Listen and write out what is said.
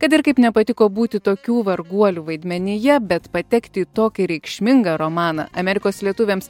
kad ir kaip nepatiko būti tokių varguolių vaidmenyje bet patekti į tokį reikšmingą romaną amerikos lietuviams